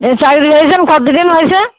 কতো দিন হয়েছে